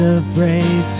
afraid